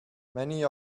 many